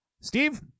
steve